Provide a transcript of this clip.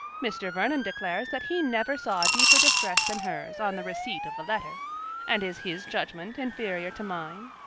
mr. vernon declares that he never saw deeper distress than hers, on the receipt of the letter and is his judgment inferior to mine?